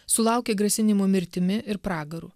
sulaukė grasinimų mirtimi ir pragaru